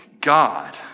God